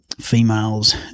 females